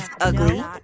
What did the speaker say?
ugly